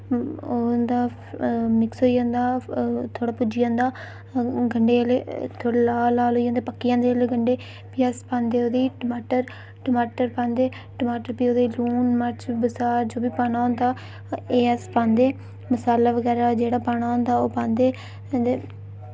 ओ उं'दा मिक्स होई जंदा थोह्ड़ा भुज्जी जंदा गंढे जिल्लै थोह्ड़े लाल लाल होई जन्दे पक्की जन्दे जिल्लै गंढे फ्ही अस पांदे ओह्दी टमाटर टमाटर पांदे फ्ही ओह्दे लूण मर्च बसार जो बी पाना होंदा एह् अस पांदे मसाला बगैरा जेह्ड़ा पाना होंदा ओह् पांदे ते